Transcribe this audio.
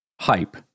hype